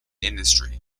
industry